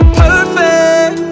perfect